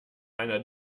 einer